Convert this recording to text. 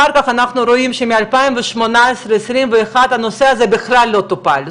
אחר כך אנחנו רואים שמ-2018 עד 2021 הנושא הזה בכלל לא טופל,